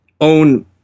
own